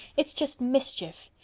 it's just mischief.